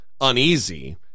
uneasy